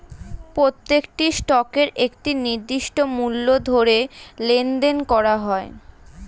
প্রত্যেকটি স্টকের একটি নির্দিষ্ট মূল্য ধরে লেনদেন করা হয়